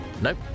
Nope